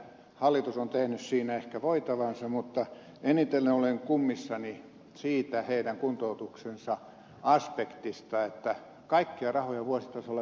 hallitus on tehnyt siinä ehkä voitavansa mutta eniten olen kummissani siitä heidän kuntoutuksensa aspektista että kaikkia rahoja vuositasolla nykyisinkään ei käytetä